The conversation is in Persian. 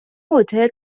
هتل